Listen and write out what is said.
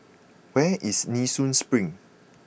where is Nee Soon Spring